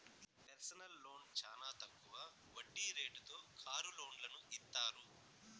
personal loan చానా తక్కువ వడ్డీ రేటుతో కారు లోన్లను ఇత్తారు